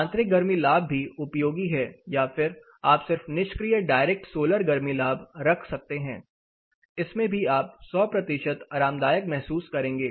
आंतरिक गर्मी लाभ भी उपयोगी है या फिर आप सिर्फ निष्क्रिय डायरेक्ट सोलर गर्मी लाभ रख सकते हैं इसमें भी आप 100 आरामदायक महसूस करेंगे